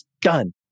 done